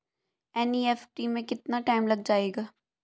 NEFT में कितना time लग जाएगा?